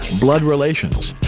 blood relations.